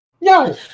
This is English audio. No